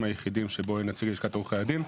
היחידים שבהם אין נציג לשכת עורכי הדין,